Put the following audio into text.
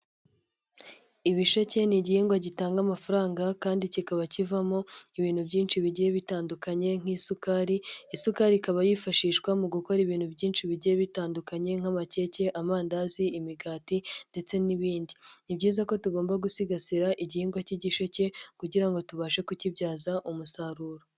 Ibisheke ni igihingwa gitanga amafaranga kandi kikaba kivamo ibintu byinshi bigiye bitandukanye nk'isukari, isukari ikaba yifashishwa mu gukora ibintu byinshi bigiye bitandukanye nk'amakeke, amandazi, imigati ndetse n'ibindi, ni byiza ko tugomba gusigasira igihingwa cy'igisheke kugira ngo tubashe kukibyaza umusaruro.